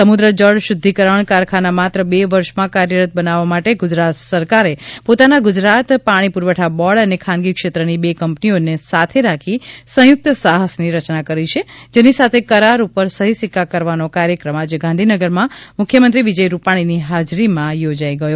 સમુદ્ર જળ શુઘ્ઘિકરણ કારખાના માત્ર બે વર્ષમાં કાર્યરત બનાવવા માટે ગુજરાત સરકારે પોતાના ગુજરાત પાણી પુરવઠા બોર્ડ અને ખાનગી ક્ષેત્ર ની બે કંપનીને સાથે રાખી સંયુક્ત સાહસની રચના કરી છે જેની સાથે કરાર ઉપર સહી સિક્કા કરવાનો કાર્યક્રમ આજે ગાંધીનગરમાં મુખ્યમંત્રી વિજય રૂપાણીની હાજરીમાં યોજાઈ ગયો